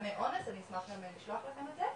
סמי אונס אני אשמח לשלוח לכם את זה,